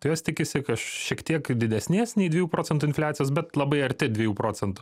tai jos tikisi šiek tiek didesnės nei dviejų procentų infliacijos bet labai arti dviejų procentų